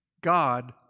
God